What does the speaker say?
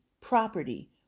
property